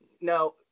no